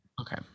Okay